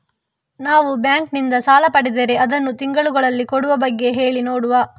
ನಾವು ಬ್ಯಾಂಕ್ ನಿಂದ ಸಾಲ ಪಡೆದರೆ ಅದನ್ನು ತಿಂಗಳುಗಳಲ್ಲಿ ಕೊಡುವ ಬಗ್ಗೆ ಹೇಗೆ ಹೇಳಿ